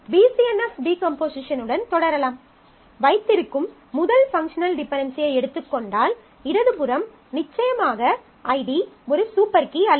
BCNF decomposition உடன் தொடரலாம் வைத்திருக்கும் முதல் பங்க்ஷனல் டிபென்டென்சியை எடுத்துக் கொண்டால் இடது புறம் நிச்சயமாக ஐடி ஒரு சூப்பர் கீ அல்ல